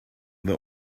the